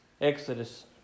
Exodus